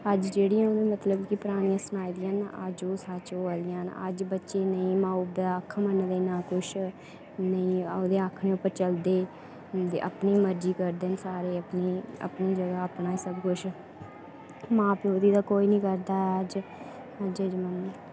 ते अज्ज मतलब जेह्ड़ियां परानियां सनाई दियां अज्ज ओह् सच्च होआ दियां न अज्ज बच्चें ई नेईं माऊ बब्बै दा आक्खा मन्नदे नेईं किश ओह्दे आक्खनै पर चलदे ते अपनी गै मरज़ी करदे न सारे अपनी अपनी जगह् अपना गै सबकिश मां प्योऽ दी कोई निं करदा ऐ अज्ज अज्जै दे जमानै